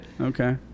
Okay